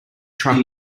truck